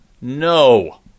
No